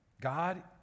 God